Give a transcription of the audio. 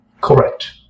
Correct